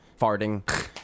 farting